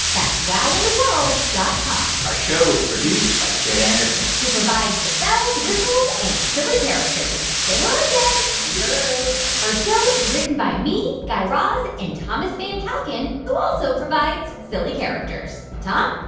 that's wowintheworld dot com our show is produced by jed anderson who provides the bells, whistles and silly characters. say hello, jed yo yeah our show is written by me, guy raz and thomas van kalken, who also provides silly characters. tom?